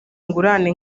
ingurane